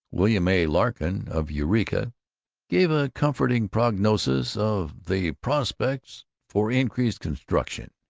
william a. larkin of eureka gave a comforting prognosis of the prospects for increased construction,